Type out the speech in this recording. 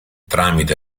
tramite